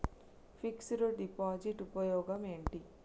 Fix డ్ deposit ఉపయోగం ఏంటి?